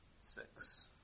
six